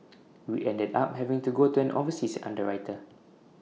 we ended up having to go to an overseas underwriter